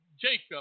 Jacob